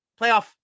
playoff